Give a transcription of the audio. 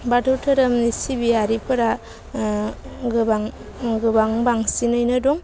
बाथौ धोरोम सिबियारिफोरा गोबां गोबां बांसिनैनो दं